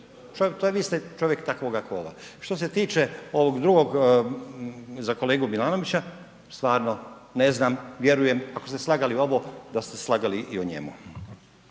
lažete, vi ste čovjek takvoga kola. Što se tiče ovog drugog, za kolegu Milanovića, stvarno ne znam, vjerujem, ako ste slagali ovo da ste slagali i o njemu.